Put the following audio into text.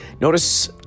notice